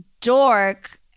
dork